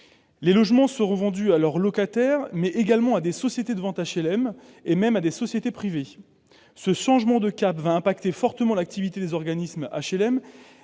Les logements seront vendus à leurs locataires, mais également à des sociétés de vente d'HLM, et même à des sociétés privées. Ce changement de cap va avoir des effets importants sur l'activité des organismes d'HLM